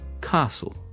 Castle